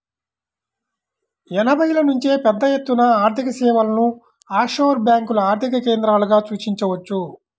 ఎనభైల నుంచే పెద్దఎత్తున ఆర్థికసేవలను ఆఫ్షోర్ బ్యేంకులు ఆర్థిక కేంద్రాలుగా సూచించవచ్చు